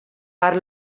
per